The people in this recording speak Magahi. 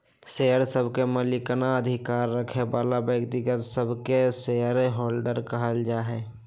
शेयर सभके मलिकना अधिकार रखे बला व्यक्तिय सभके शेयर होल्डर कहल जाइ छइ